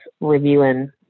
reviewing